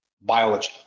biology